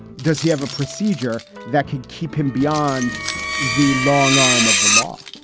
does he have a procedure that could keep him beyond the long arm of the law?